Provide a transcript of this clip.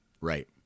Right